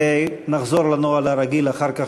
ונחזור לנוהל הרגיל אחר כך,